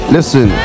Listen